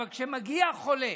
אבל כשמגיע חולה